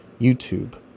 YouTube